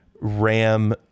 ram